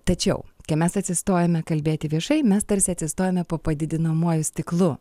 tačiau kai mes atsistojame kalbėti viešai mes tarsi atsistojame po padidinamuoju stiklu